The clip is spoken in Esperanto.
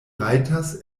rajtas